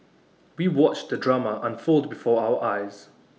we watched the drama unfold before our eyes